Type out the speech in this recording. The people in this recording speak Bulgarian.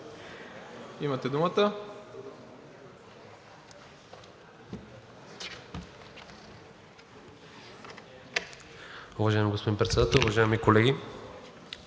имате думата.